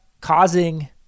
causing